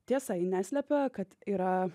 tiesa ji neslepia kad yra